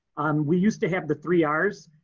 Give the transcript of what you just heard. we used to have the three ah rs.